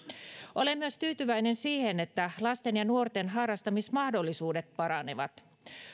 olen tyytyväinen myös siihen että lasten ja nuorten harrastamismahdollisuudet paranevat